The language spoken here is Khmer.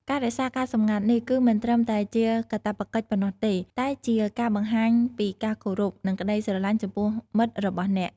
ការរក្សាការសម្ងាត់នេះគឺមិនត្រឹមតែជាកាតព្វកិច្ចប៉ុណ្ណោះទេ តែជាការបង្ហាញពីការគោរព និងក្តីស្រឡាញ់ចំពោះមិត្តរបស់អ្នក។